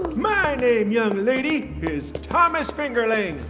my name, young lady, is thomas fingerling.